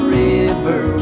river